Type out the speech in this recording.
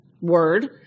word